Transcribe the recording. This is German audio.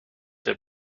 der